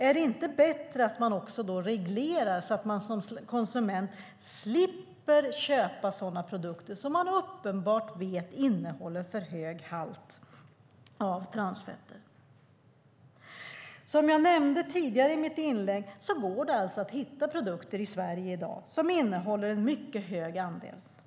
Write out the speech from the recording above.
Är det inte bättre att detta regleras så att man som konsument slipper köpa sådana produkter som man uppenbart vet innehåller för hög halt transfett? Som jag nämnde i mitt tidigare inlägg går det alltså att i Sverige i dag hitta produkter som innehåller en mycket hög andel.